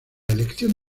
elección